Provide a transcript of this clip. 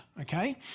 okay